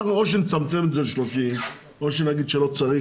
או שנצמצם את זה ל-30,000 או שנגיד שלא צריך,